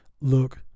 Look